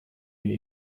jej